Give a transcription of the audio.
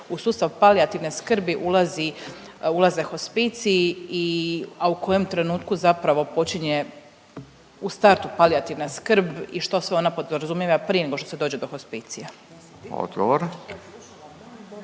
u sustav palijativne skrbi ulazi, ulaze hospiciji i, a u kojem trenutku zapravo počinje u startu palijativna skrb i što sve ona podrazumijeva prije nego što se dođe do hospicija?